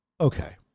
okay